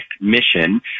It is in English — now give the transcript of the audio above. Mission